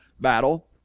battle